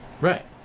Right